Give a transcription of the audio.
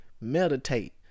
Meditate